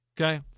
Okay